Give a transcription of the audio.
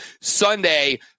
Sunday